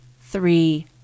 three